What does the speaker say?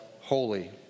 holy